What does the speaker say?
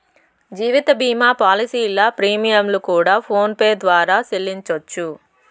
జీవిత భీమా పాలసీల ప్రీమియంలు కూడా ఫోన్ పే ద్వారానే సెల్లించవచ్చు